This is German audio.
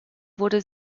wurde